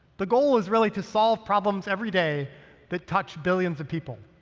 the goal is really to solve problems everyday that touch billions of people.